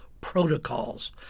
protocols